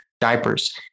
Diapers